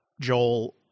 Joel